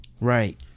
Right